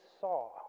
saw